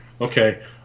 okay